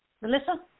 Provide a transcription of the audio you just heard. Melissa